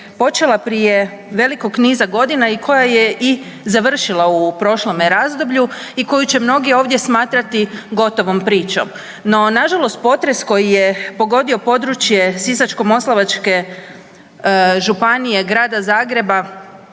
počela prije velikog niza godina i koja je i završila u prošlome razdoblju i koju će mnogi ovdje smatrati gotovom pričom. No, na žalost potres koji je pogodio područje Sisačko-moslavačke županije, Grada Zagreba,